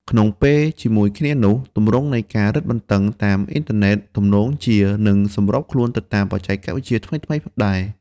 ក្នុងពេលជាមួយគ្នានោះ ទម្រង់នៃការរឹតបន្ដឹងតាមអុីនធើណេតទំនងជានឹងសម្របខ្លួនទៅតាមបច្ចេកវិទ្យាថ្មីៗដែរ។